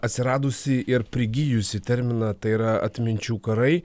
atsiradusį ir prigijusį terminą tai yra atminčių karai